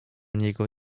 niego